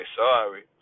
sorry